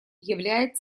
являет